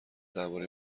درباره